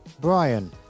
Brian